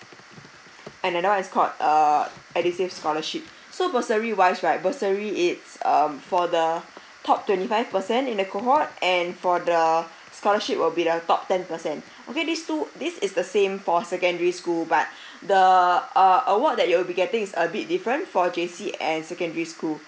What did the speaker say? another one is called uh edusave scholarship so grocery wise right bursary is um for the top twenty five percent in the cohort and for the scholarship will be the top ten percent okay these two this is the same for secondary school but the uh award that you'll be getting is a bit different for J_C and secondary school